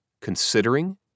considering